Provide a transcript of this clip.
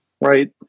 right